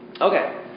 Okay